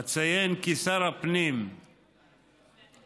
אציין כי שר הפנים הוא השר